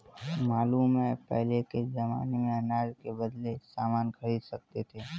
मालूम है पहले के जमाने में अनाज के बदले सामान खरीद सकते थे